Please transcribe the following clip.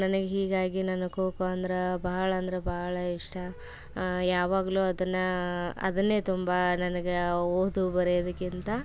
ನನಗೆ ಹೀಗಾಗಿ ನಾನು ಖೋ ಖೋ ಅಂದ್ರೆ ಭಾಳಂದ್ರೆ ಭಾಳ ಇಷ್ಟ ಯಾವಾಗಲೂ ಅದನ್ನು ಅದನ್ನೇ ತುಂಬ ನನ್ಗೆ ಓದು ಬರೆಯೋದಕ್ಕಿಂತ